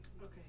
okay